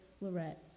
Lorette